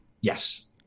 yes